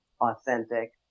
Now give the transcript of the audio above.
authentic